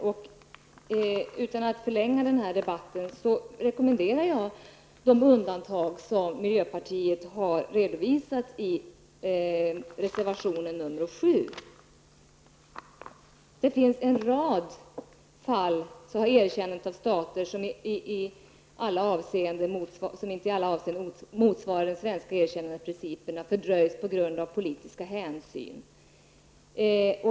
I stället för att förlänga debatten rekommenderar jag er att läsa om de undantag som miljöpartiet har redovisat i reservation 7. I en rad fall har erkännandet av stater som inte i alla avseenden motsvarar de svenska erkännandeprinciperna fördröjts på grund av politiska hänsyn.